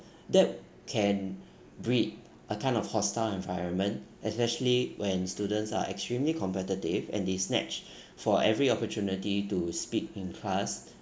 that can breed a kind of hostile environment especially when students are extremely competitive and they snatch for every opportunity to speak in class